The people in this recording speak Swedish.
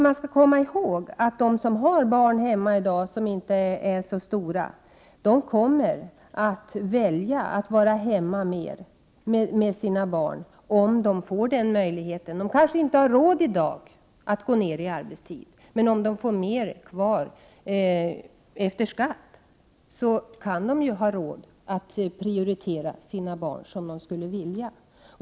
Man skall komma i håg att de som har barn hemma som inte är så stora kommer att välja att vara hemma mer med sina barn om de får den möjligheten. De kanske inte har råd att i dag minska sin arbetstid. Men om de får mer pengar kvar efter skatt kan de ha råd att prioritera sina barn som de skulle vilja.